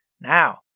Now